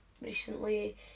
recently